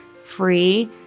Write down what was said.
free